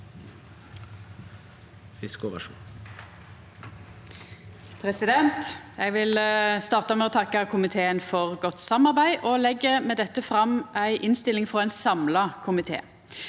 for sak 2): Eg vil starta med å takka komiteen for godt samarbeid og legg med dette fram ei innstilling frå ein samla komité.